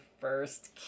first